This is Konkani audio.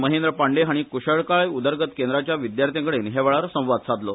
महेंद्र पांडे हाणी कुशळकाय उदरगत केंद्रांच्या विद्यार्थ्यांकडेन हे वेळार संवाद सादलो